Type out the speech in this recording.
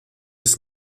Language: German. ist